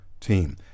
team